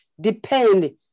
depend